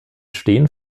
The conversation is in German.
stehen